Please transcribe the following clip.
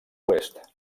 oest